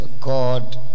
God